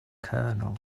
colonel